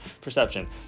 Perception